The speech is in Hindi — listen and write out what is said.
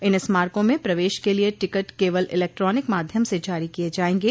इन स्मारकों में प्रवेश के लिए टिकट केवल इलेक्ट्रॉनिक माध्यम से जारी किए जाएंगे